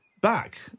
back